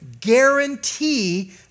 guarantee